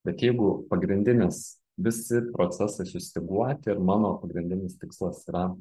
bet jeigu pagrindinis visi procesai sustyguoti ir mano pagrindinis tikslas yra